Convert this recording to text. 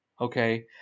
okay